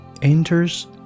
enters